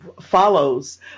follows